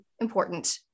important